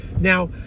Now